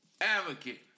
advocate